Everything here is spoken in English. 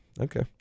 okay